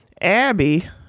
Abby